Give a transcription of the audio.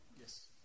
Yes